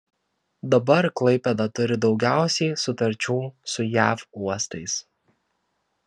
dabar klaipėda turi daugiausiai sutarčių su jav uostais